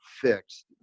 fixed